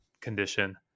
condition